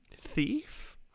thief